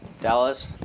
Dallas